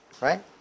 Right